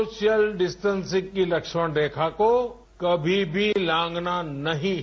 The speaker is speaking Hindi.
सोशल डिस्टेंसिंग की लक्ष्मण रेखा को कभी भी लांघना नहीं है